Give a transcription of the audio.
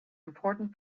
important